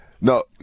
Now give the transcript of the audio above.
No